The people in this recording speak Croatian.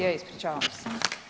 Je, ispričavam se.